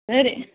சரி